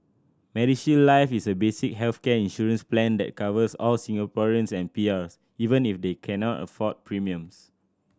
MediShield Life is a basic healthcare insurance plan that covers all Singaporeans and PRs even if they cannot afford premiums